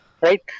right